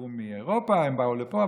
נעקרו מאירופה הם באו לפה.